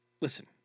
Listen